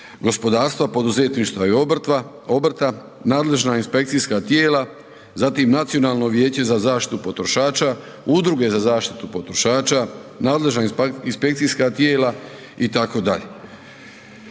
gospodarstva, poduzetništva i obrta, nadležna inspekcijska tijela, zatim Nacionalno vijeće za zaštitu potrošača, udruge za zaštitu potrošača, nadležna inspekcijska tijela, itd.